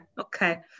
Okay